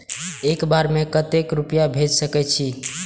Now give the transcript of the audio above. एक बार में केते रूपया भेज सके छी?